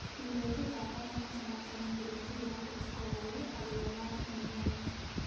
ఈరోజు వాతావరణ సమాచారం గురించి ఎలా తెలుసుకోవాలి అది ఎలా ఉంది అని?